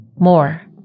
More